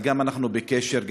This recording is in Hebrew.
אבל גם אנחנו בקשר,